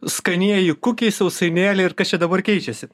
skanieji kukiai sausainėliai ir kas čia dabar keičiasi